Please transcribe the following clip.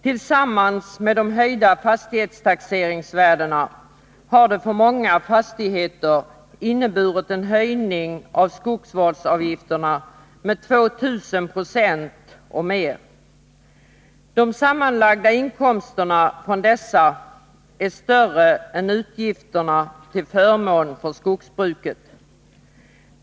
Tillsammans med de höjda fastighetstaxeringsvärdena har det för många fastigheter inneburit en höjning av skogsvårdsavgifterna med 2 000 96 och mer. De sammanlagda inkomsterna från dessa är större än utgifterna till förmån för skogsbruket.